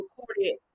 recorded